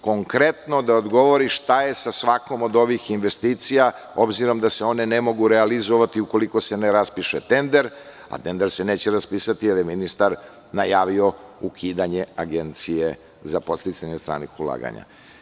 Konkretno da odgovore šta je sa svakom od ovih investicija, obzirom da se one ne mogu realizovati ukoliko se ne raspiše tender, a tender se neće raspisati jer je ministar najavio ukidanje Agencije za podsticanje stranih ulaganja.